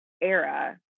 era